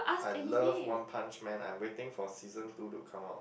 I love one punch man I'm waiting for season two to come out